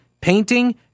painting